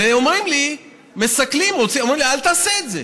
ואומרים לי: אל תעשה את זה.